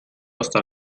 hasta